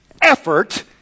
effort